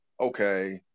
okay